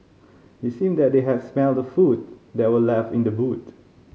it seemed that they had smelt the food that were left in the boot